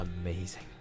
amazing